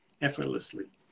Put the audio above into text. effortlessly